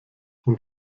und